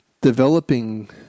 developing